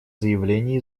заявление